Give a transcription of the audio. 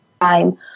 time